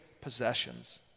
possessions